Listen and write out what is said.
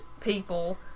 people